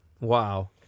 Wow